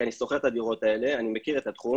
אני שוכר את הדירות האלה ואני מכיר את התחום